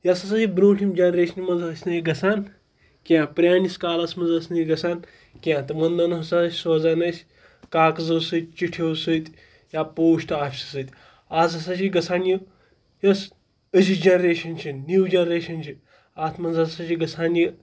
یۄس ہَسا یہِ برٛوٗنٛٹھِم جَنریشنہِ منٛز ٲسۍ نہٕ یہِ گَژھان کینٛہہ پرٛٲنِس کالَس منٛز ٲس نہٕ یہِ گَژھان کینٛہہ تِمَن دۄہَن ہَسا ٲسۍ سوزان ٲسۍ کاغذو سۭتۍ چِٹھیو سۭتۍ یا پوسٹ آفِس سۭتۍ آز ہَسا چھِ گَژھان یہِ یۄس أزِچ جَنریشَن چھِ نِو جَنریشَن چھِ اَتھ منٛز ہَسا چھِ گَژھان یہِ